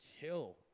kill